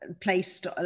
placed